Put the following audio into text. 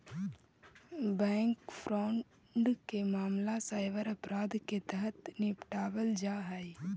bank fraud के मामला cyber अपराध के तहत निपटावल जा हइ